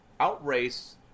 outrace